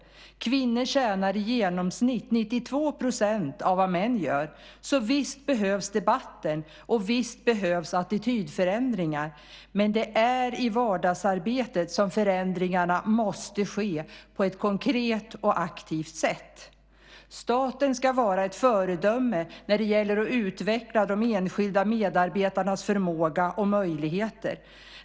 Kvinnor tjänar i genomsnitt 92 % av vad män gör, så visst behövs debatten och visst behövs attitydförändringar. Men det är i vardagsarbetet som förändringarna måste ske på ett konkret och aktivt sätt. Staten ska vara ett föredöme när det gäller att utveckla de enskilda medarbetarnas förmåga och möjligheter.